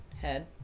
head